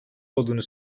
olduğunu